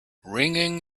ringing